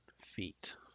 feet